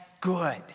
good